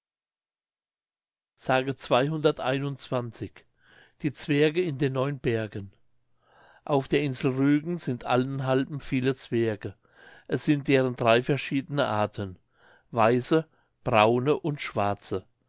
die zwerge in den neun bergen auf der insel rügen sind allenthalben viele zwerge es sind deren drei verschiedene arten weiße braune und schwarze